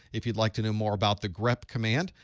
if you'd like to know more about the grep command,